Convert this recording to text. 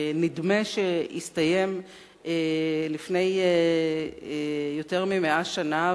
נדמה שהסתיים לפני יותר מ-100 שנה,